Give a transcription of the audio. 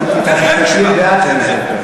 את האמת, לא מתאים.